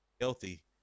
healthy